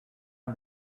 and